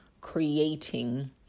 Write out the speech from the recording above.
creating